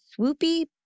swoopy